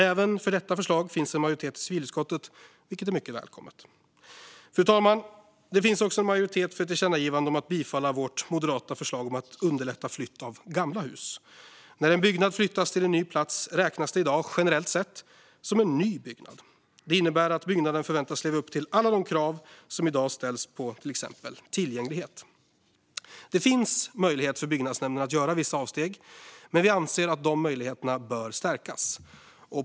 Även för detta förslag finns det en majoritet i civilutskottet, vilket är mycket välkommet. Fru talman! Det finns också en majoritet för ett tillkännagivande om att bifalla vårt moderata förslag om att underlätta flytt av gamla hus. När en byggnad flyttas till en ny plats räknas det i dag generellt sett som en ny byggnad. Det innebär att byggnaden förväntas leva upp till alla de krav som i dag ställs på till exempel tillgänglighet. Det finns möjlighet för byggnadsnämnden att göra vissa avsteg, men vi anser att dessa möjligheter bör stärkas.